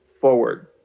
forward